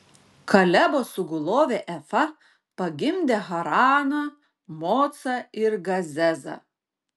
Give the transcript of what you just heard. kalebo sugulovė efa pagimdė haraną mocą ir gazezą